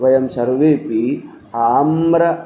वयं सर्वेऽपि आम्र